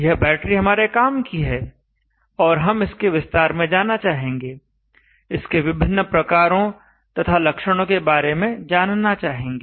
यह बैटरी हमारे काम की है और हम इसके विस्तार में जाना चाहेंगे इसके विभिन्न प्रकारों तथा लक्षणों के बारे में जानना चाहेंगे